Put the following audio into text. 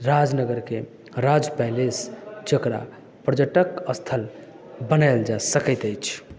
राजनगरकेँ Raj Palace जकरा पर्यटक स्थल बनायल जा सकैत अछि